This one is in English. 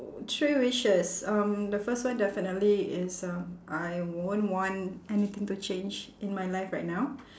three wishes um the first one definitely is um I won't want anything to change in my life right now